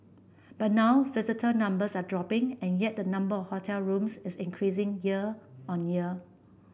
but now visitor numbers are dropping and yet the number of hotel rooms is increasing year on year